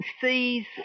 sees